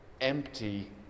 empty